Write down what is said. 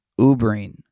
Ubering